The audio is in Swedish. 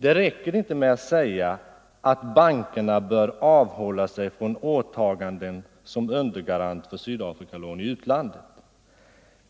Det räcker inte med att säga att bankerna bör avhålla sig från åtaganden som undergarant för Sydafrikalån i utlandet.